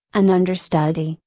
an understudy,